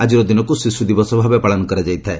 ଆଜିର ଦିନକୁ ଶିଶୁଦିବସ ଭାବେ ପାଳନ କରାଯାଇଥାଏ